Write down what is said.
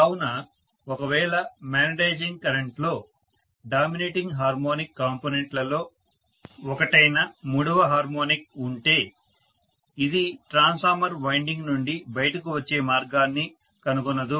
కావున ఒకవేళ మాగ్నెటైజింగ్ కరెంట్లో డామినేటింగ్ హార్మోనిక్ కాంపొనెంట్ లలో ఒకటైన మూడవ హార్మోనిక్ కాంపొనెంట్ ఉంటే ఇది ట్రాన్స్ఫార్మర్ వైండింగ్ నుండి బయటకు వచ్చే మార్గాన్ని కనుగొనదు